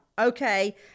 Okay